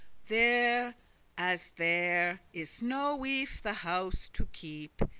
there as there is no wife the house to keep.